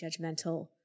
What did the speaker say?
judgmental